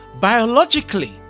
biologically